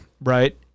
right